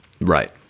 Right